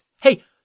Hey